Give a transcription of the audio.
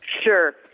Sure